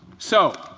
so